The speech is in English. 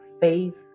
faith